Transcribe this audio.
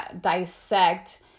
dissect